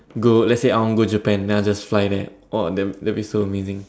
go let's say I want go Japan then I'll just fly there !wow! that that'll be so amazing